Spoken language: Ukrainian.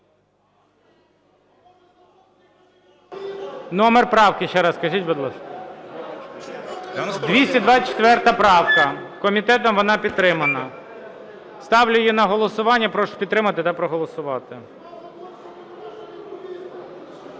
Номер правки ще раз скажіть, будь ласка. 224 правка. Комітетом вона підтримана. Ставлю її на голосування прошу підтримати та проголосувати.